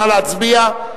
נא להצביע.